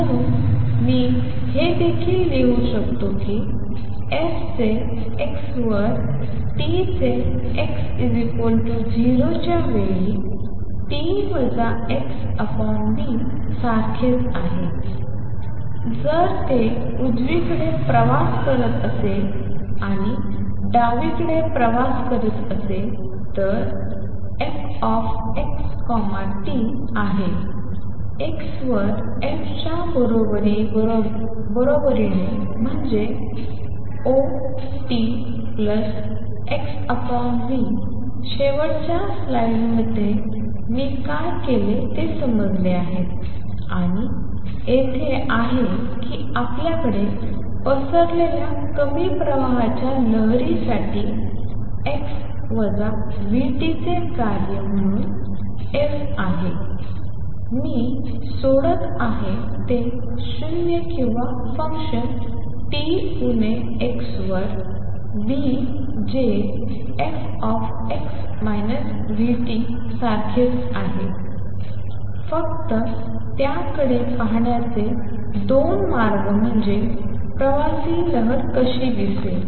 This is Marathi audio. म्हणून मी हे देखील लिहू शकतो की f चे x वर t चे x 0 च्या वेळी t x v सारखेच आहे जर ते उजवीकडे प्रवास करत असेल आणि डावीकडे प्रवास करत असेल तर f x t आहे x वर f च्या बरोबरी म्हणजे 0 t x v शेवटच्या स्लाइडमध्ये मी काय केले ते समजले आहे आणि येथे आहे की आपल्याकडे पसरलेल्या कमी प्रवाहाच्या लहरी साठी x vt चे कार्य म्हणून f आहे मी सोडत आहे ते 0 किंवा फंक्शन t उणे x वर v जे f सारखेच आहे फक्त त्याकडे पाहण्याचे 2 मार्ग म्हणजे प्रवासी लहर कशी दिसेल